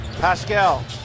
Pascal